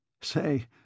Say